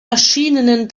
erschienenen